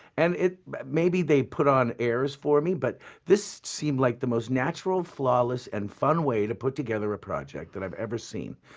and maybe they put on airs for me but this seemed like the most natural, flawless and fun way to put together a project that i've ever seen.